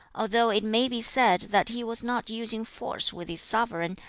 although it may be said that he was not using force with his sovereign,